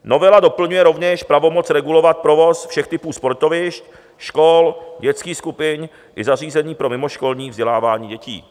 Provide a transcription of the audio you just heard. Novela doplňuje rovněž pravomoc regulovat provoz všech typů sportovišť, škol, dětských skupin i zařízení pro mimoškolní vzdělávání dětí.